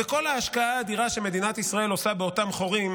בכל ההשקעה האדירה שמדינת ישראל עושה באותם חורים,